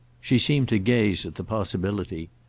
she seemed to gaze at the possibility.